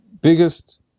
Biggest